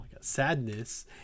Sadness